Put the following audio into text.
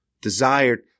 desired